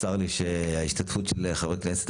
צר לי שההשתתפות של חברי הכנסת,